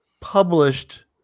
published